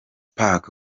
park